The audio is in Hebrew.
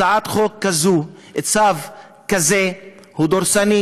הצעת חוק כזו, צו כזה הוא דורסני,